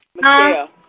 Michelle